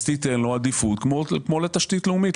אז תיתן לו עדיפות כמו לתשתית לאומית.